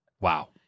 wow